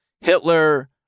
Hitler